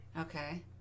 Okay